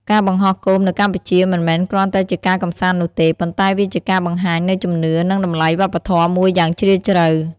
ការបង្ហោះគោមនៅកម្ពុជា មិនមែនគ្រាន់តែជាការកម្សាន្តនោះទេ ប៉ុន្តែវាជាការបង្ហាញនូវជំនឿ និងតម្លៃវប្បធម៌មួយយ៉ាងជ្រាលជ្រៅ។